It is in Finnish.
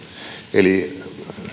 eli